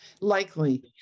likely